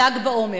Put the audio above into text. ל"ג בעומר.